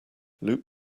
loop